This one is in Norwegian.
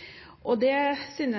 inndekning.